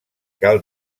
cal